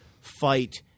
fight